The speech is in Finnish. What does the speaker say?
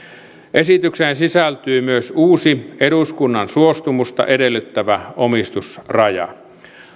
esitykseen sisältyy myös uusi eduskunnan suostumusta edellyttävä omistusraja